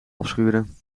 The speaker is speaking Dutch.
afschuren